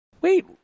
Wait